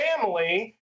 family